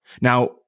Now